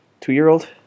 Two-year-old